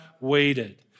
waited